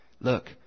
Look